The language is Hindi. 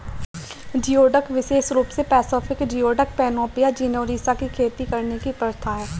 जियोडक विशेष रूप से पैसिफिक जियोडक, पैनोपिया जेनेरोसा की खेती करने की प्रथा है